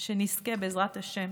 שנזכה, בעזרת השם.